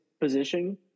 position